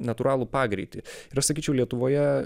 natūralų pagreitį ir aš sakyčiau lietuvoje